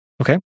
Okay